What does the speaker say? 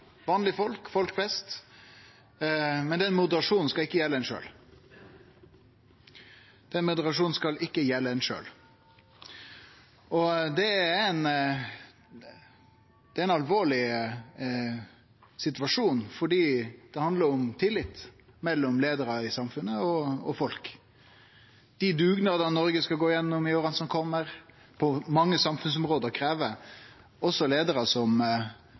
folk, folk flest, men at den moderasjonen ikkje skal gjelde dei sjølve – den moderasjonen skal ikkje gjelde dei sjølve. Det er ein alvorleg situasjon, for det handlar om tillit mellom leiarane i samfunnet og folket. Dei dugnadene Noreg skal gå gjennom i åra som kjem, på mange samfunnsområde, krev leiarar som tek samfunnsansvar, dei også.